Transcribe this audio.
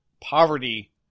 poverty